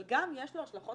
אבל גם יש לו השלכות